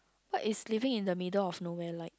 what is living in the middle of nowhere like